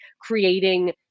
creating